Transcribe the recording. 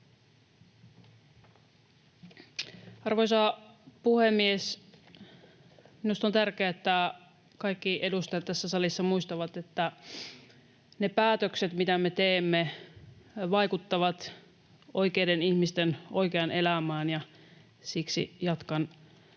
Arvoisa puhemies! Minusta on tärkeää, että kaikki edustajat tässä salissa muistavat, että ne päätökset, mitä me teemme, vaikuttavat oikeiden ihmisten oikeaan elämään, ja siksi jatkan